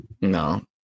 No